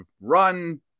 run